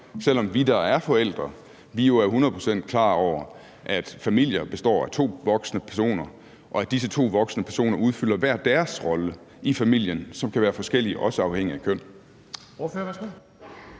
selv om vi, der er forældre, jo er hundrede procent klar over, at familier består af to voksne personer, og at disse to voksne personer udfylder hver deres rolle i familien, som kan være forskellig, også afhængigt af køn.